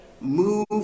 move